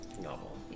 novel